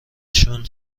شون